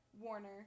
Warner